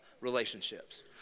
relationships